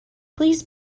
please